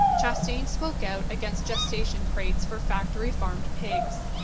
chastain spoke out against gestation crates for factory farmed pigs,